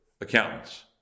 accountants